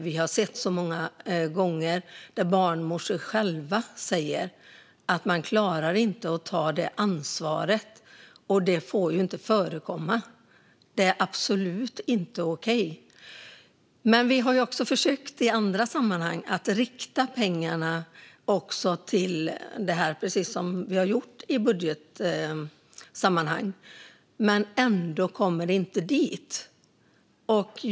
Vi har sett så många gånger det som barnmorskor själva säger när det gäller att man inte klarar att ta det ansvaret, och det får ju inte förekomma. Det är absolut inte okej. Men vi har också försökt i andra sammanhang att rikta pengarna också till det här, precis som vi har gjort i budgetsammanhang, men ändå kommer de inte dit.